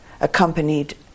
accompanied